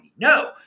No